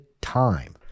time